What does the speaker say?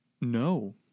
No